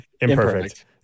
Imperfect